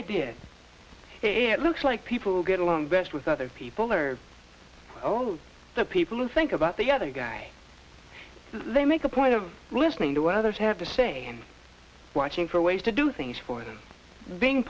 i did it looks like people get along best with other people or oh the people who think about the other guy they make a point of listening to what others have to say and watching for ways to do things for them being